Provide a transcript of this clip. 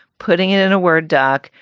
putting it in a word, doc,